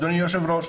אדוני היושב-ראש,